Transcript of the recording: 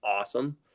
awesome